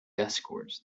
escorts